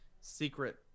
Secret